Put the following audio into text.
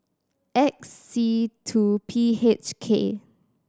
X C two P H K